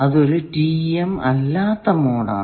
അത് ഒരു TEM അല്ലാത്ത മോഡ് ആണ്